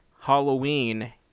Halloween